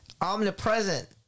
Omnipresent